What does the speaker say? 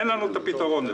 אין לנו את הפתרון לזה.